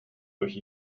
durch